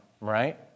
right